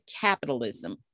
capitalism